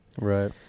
Right